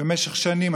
במשך שנים.